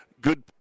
good